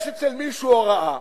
יש אצל מישהו הוראה,